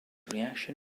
reaction